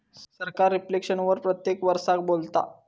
सरकार रिफ्लेक्शन वर प्रत्येक वरसाक बोलता